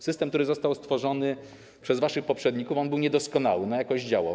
System, który został stworzony przez waszych poprzedników, był niedoskonały, ale jakoś działał.